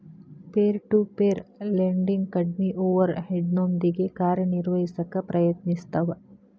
peer to peer lending ಕಡ್ಮಿ over ಹೆಡ್ನೊಂದಿಗಿ ಕಾರ್ಯನಿರ್ವಹಿಸಕ ಪ್ರಯತ್ನಿಸ್ತವ